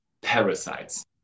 parasites